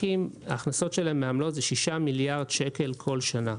ההכנסות של הבנקים מעמלות הן 6 מיליארד שקל בכל שנה.